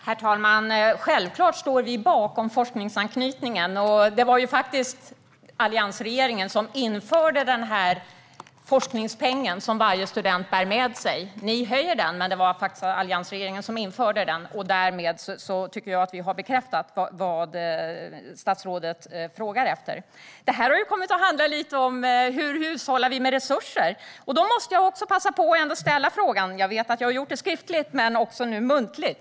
Herr talman! Självklart står vi bakom forskningsanknytningen. Det var ju alliansregeringen som införde den "forskningspeng" varje student bär med sig. Ni höjer den, Helene Hellmark Knutsson, men det var faktiskt alliansregeringen som införde den. Därmed tycker jag att vi har bekräftat det statsrådet frågar efter. Detta har kommit att handla lite om hur vi hushållar med resurser, och då måste jag passa på att ställa en fråga. Jag vet att jag har ställt frågan skriftligt, men nu ställer jag den även muntligt.